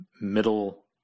middle